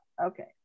Okay